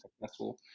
successful